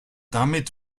damit